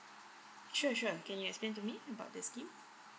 sure sure can you explain to me about the scheme